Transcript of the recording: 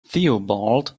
theobald